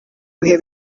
bihe